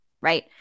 right